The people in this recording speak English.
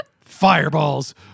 Fireballs